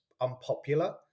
unpopular